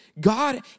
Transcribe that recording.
god